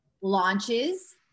launches